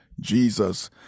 Jesus